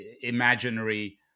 imaginary